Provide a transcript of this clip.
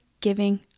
giving